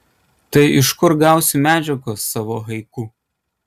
tai iš kur gausiu medžiagos savo haiku